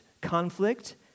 conflict